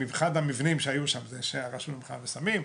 אחד המבנים שהיו שם של הרשות למלחמה בסמים,